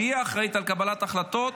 שהיא האחראית על קבלת ההחלטות,